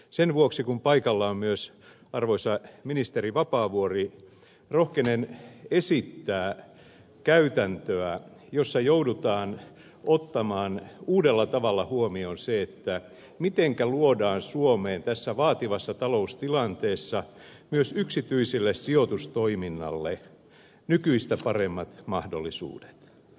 sen vuoksi kun paikalla on myös arvoisa ministeri vapaavuori rohkenen esittää käytäntöä jossa joudutaan ottamaan uudella tavalla huomioon se mitenkä luodaan suomeen tässä vaativassa taloustilanteessa myös yksityiselle sijoitustoiminnalle nykyistä paremmat mahdollisuudet